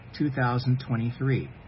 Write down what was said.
2023